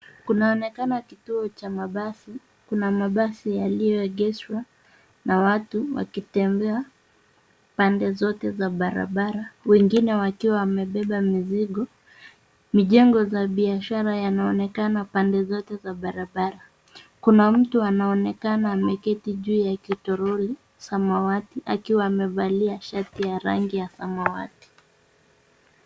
Kunaonekana kituo cha mabasi. Kuna mabasi yaliyoegeshwa, na watu wakitembea pande zote za barabara, wengine wakiwa wamebeba mizigo. Mijengo za biashara yanaonekana pande zote za barabara. Kuna mtu anaonekana ameketi juu ya kitoroli samawati akiwa amevalia sharti ya rangi ya samawati.